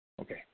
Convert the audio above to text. Okay